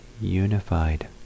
unified